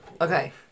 Okay